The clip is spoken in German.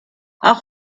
auch